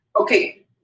Okay